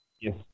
Yes